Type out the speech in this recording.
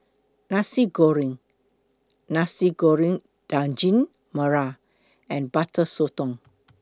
Nasi Goreng Nasi Goreng Daging Merah and Butter Sotong